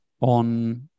on